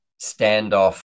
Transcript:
standoff